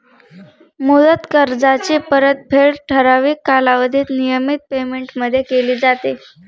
मुदत कर्जाची परतफेड ठराविक कालावधीत नियमित पेमेंटमध्ये केली जाते